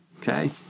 Okay